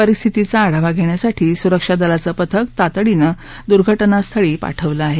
परिस्थितीचा आढावा घेण्यासाठी सुरक्षा दलाचं पथक तातडीनं दुर्घटनास्थळी पाठवलं आहे